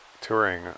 touring